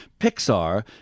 Pixar